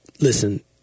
listen